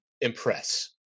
impress